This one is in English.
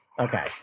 Okay